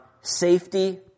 safety